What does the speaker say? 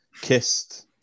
kissed